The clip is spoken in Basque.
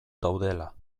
daudela